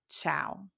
Ciao